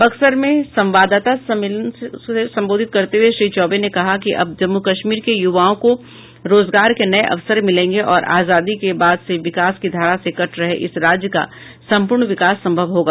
बक्सर में संवाददाताओं से बातचीत में श्री चौबे ने कहा कि अब जम्मू कश्मीर के युवाओं को रोजगार के नये अवसर मिलेंगे और आजादी के बाद से विकास की धारा से कटे रहे इस राज्य का संपूर्ण विकास संभव होगा